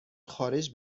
خارج